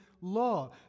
law